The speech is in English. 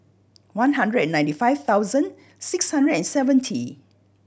one hundred and ninety five thousand six hundred and seventy